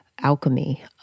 alchemy